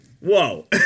whoa